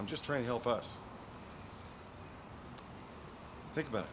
i'm just trying to help us think about